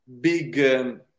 big